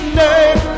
name